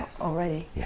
already